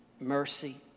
mercy